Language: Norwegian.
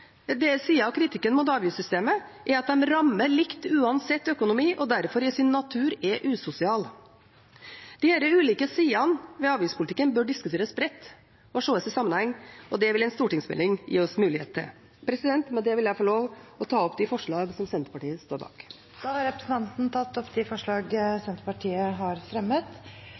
ulike sider av kritikken mot avgiftssystemet er at det rammer likt uansett økonomi, og derfor i sin natur er usosialt. Disse ulike sidene ved avgiftspolitikken bør diskuteres bredt og ses i sammenheng, og det vil en stortingsmelding gi oss mulighet til. Med det vil jeg få lov til å ta opp forslagene fra Senterpartiet. Representanten Marit Arnstad har da tatt opp